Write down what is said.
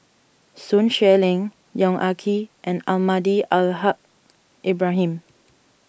Sun Xueling Yong Ah Kee and Almahdi Al Haj Ibrahim